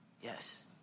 Yes